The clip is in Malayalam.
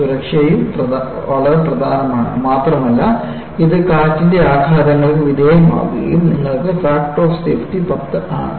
സുരക്ഷയും വളരെ പ്രധാനമാണ് മാത്രമല്ല ഇത് കാറ്റിന്റെ ആഘാതങ്ങൾക്ക് വിധേയമാവുകയും നിങ്ങൾക്ക് ഫാക്ടർ ഓഫ് സേഫ്റ്റി 10 ആണ്